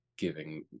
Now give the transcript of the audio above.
giving